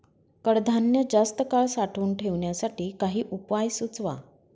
कडधान्य जास्त काळ साठवून ठेवण्यासाठी काही उपाय सुचवा?